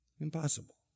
Impossible